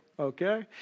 Okay